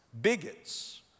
bigots